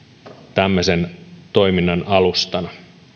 tämmöisen toiminnan alustana